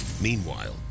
Meanwhile